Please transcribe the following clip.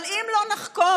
אבל אם לא נחקור,